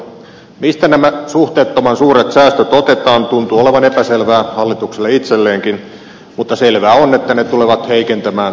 mistä nämä suhteettoman suuret säästöt otetaan se tuntuu olevan epäselvää hallitukselle itselleenkin mutta selvää on että ne tulevat heikentämään maamme puolustuskykyä